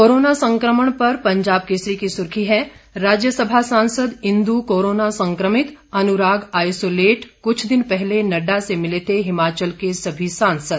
corona संक्रमण पर पंजाब केसरी की सुर्खी है राज्यसभा सांसद इंदु कोरोना संक्रमित अनुराग आइसोलेट कुछ दिन पहले नड्डा से मिले थे हिमाचल के सभी सांसद